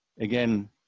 Again